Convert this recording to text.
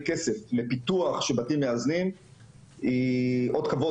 כסף לפיתוח של בתים מאזנים היא אות כבוד,